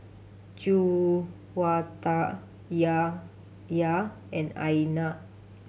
Juwita Yahya and Aina